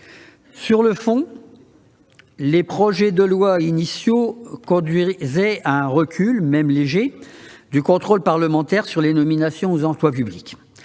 Sur le fond, les projets de loi initiaux conduisaient à un recul, même léger, du contrôle parlementaire sur les nominations aux emplois publics.